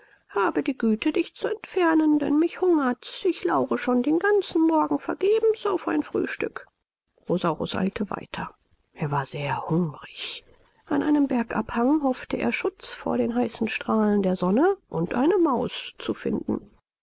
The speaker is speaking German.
habe die güte dich zu entfernen denn mich hungert's ich laure schon den ganzen morgen vergebens auf ein frühstück rosaurus eilte weiter er war sehr hungrig an einem bergabhang hoffte er schutz vor den heißen strahlen der sonne und eine maus zu finden